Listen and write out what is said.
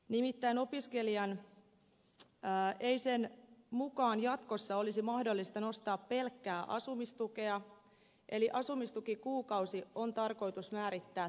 nimittäin opiskelijan ei sen mukaan jatkossa olisi mahdollista nostaa pelkkää asumistukea eli asumistukikuukausi on tarkoitus määrittää tukikuukaudeksi